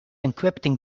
encrypting